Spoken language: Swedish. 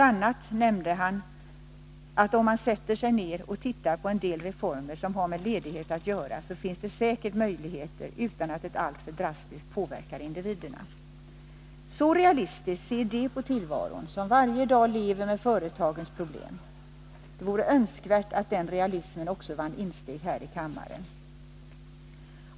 a. nämnde han att om man sätter sig ner och tittar på en del reformer som har med ledighet att göra, upptäcker man säkert att det finns möjligheter utan att det alltför drastiskt påverkar individerna. Så realistiskt ser de på tillvaron som varje dag lever med företagens problem. Det vore önskvärt att den realismen också vann insteg här i kammaren.